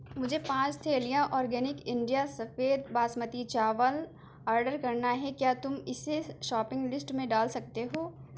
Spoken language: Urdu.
مجھے پانچ تھیلیاں اورگینک انڈیا سفید باسمتی چاول آڈر کرنا ہے کیا تم اسے شاپنگ لسٹ میں ڈال سکتے ہو